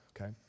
Okay